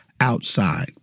outside